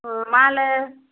ஓ மாலை